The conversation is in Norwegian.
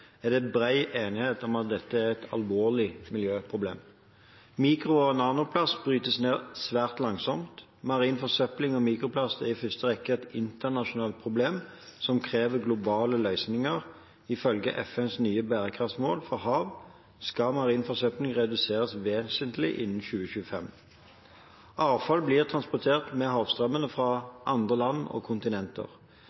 er det bred enighet om at dette er et alvorlig miljøproblem. Mikro- og nanoplast brytes ned svært langsomt. Marin forsøpling og mikroplast er i første rekke et internasjonalt problem som krever globale løsninger. Ifølge FNs nye bærekraftsmål for hav skal marin forsøpling reduseres vesentlig innen 2025. Avfall blir transportert med havstrømmene fra